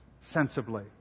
sensibly